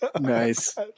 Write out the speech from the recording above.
Nice